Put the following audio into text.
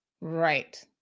right